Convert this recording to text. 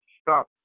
stop